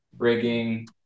rigging